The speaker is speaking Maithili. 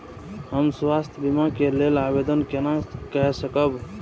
हम स्वास्थ्य बीमा के लेल आवेदन केना कै सकब?